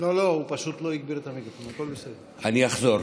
אני אחזור.